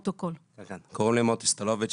קוראים לי מוטי סטולוביץ',